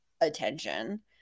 attention